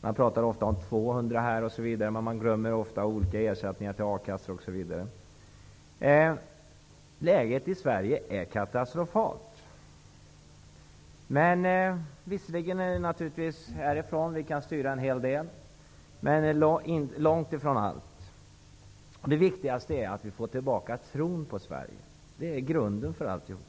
Man talar ofta om 200, men man glömmer då olika ersättningar till akassa osv. Läget i Sverige är katastrofalt. Vi kan styra till en del härifrån, men det gäller långt ifrån allt. Det viktigaste är att vi får tillbaka tron på Sverige. Det är grunden för alltihop.